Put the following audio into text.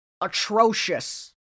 atrocious